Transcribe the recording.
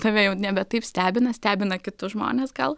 tave jau nebe taip stebina stebina kitus žmones gal